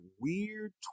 weird